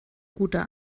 guter